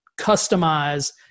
customize